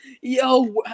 Yo